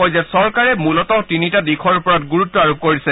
তেওঁ কয় যে চৰকাৰে মূলতঃ তিনিটা দিশৰ ওপৰত গুৰুত্ব আৰোপ কৰিছে